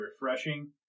refreshing